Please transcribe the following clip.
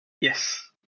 Yes